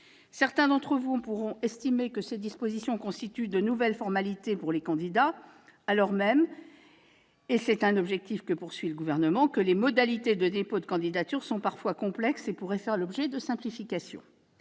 Certains d'entre vous pourront estimer que ces dispositions constituent de nouvelles formalités pour les candidats, alors même, et c'est un objectif du Gouvernement, que les modalités de dépôt de candidature sont parfois complexes et pourraient faire l'objet de simplifications.